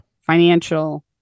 financial